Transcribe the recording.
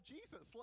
Jesus